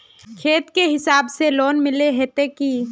खेत के हिसाब से लोन मिले है की?